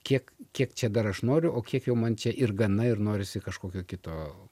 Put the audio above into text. kiek kiek čia dar aš noriu o kiek jau man čia ir gana ir norisi kažkokio kito